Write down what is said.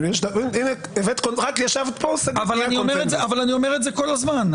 אני אומר את זה כל הזמן.